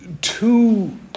two